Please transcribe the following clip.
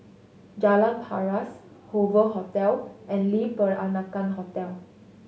Jalan Paras Hoover Hotel and Le Peranakan Hotel